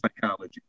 psychology